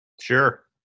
sure